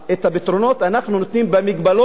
את הפתרונות אנחנו נותנים במגבלות